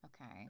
okay